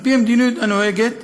על פי המדיניות הנוהגת,